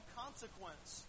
consequence